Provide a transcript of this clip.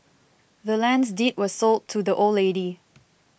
the land's deed was sold to the old lady